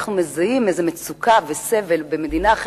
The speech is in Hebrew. כשאנחנו מזהים איזה מצוקה וסבל במדינה אחרת,